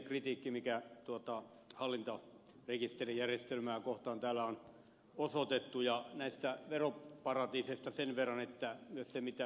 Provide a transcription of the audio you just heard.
ensinnäkin yhdyn siihen kritiikkiin mikä hallintarekisterijärjestelmää kohtaan täällä on osoitettu ja näistä veroparatiiseista sen verran mitä ed